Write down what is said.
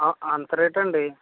అంత రేట్ అండి